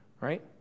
right